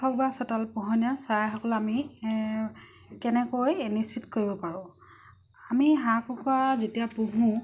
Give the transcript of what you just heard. কৃষক বা চোতালত পোহনীয়া আমি কেনেকৈ কৰিব পাৰোঁ আমি হাঁহ কুকুৰা যেতিয়া পুহোঁ